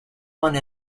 one